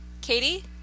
Katie